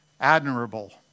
admirable